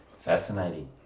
Fascinating